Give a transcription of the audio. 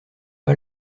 pas